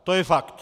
To je fakt.